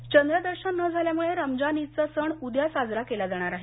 ईद चंद्र दर्शन न झाल्यामुळे रमजान ईदचा सण उद्या साजरा केला जाणार आहे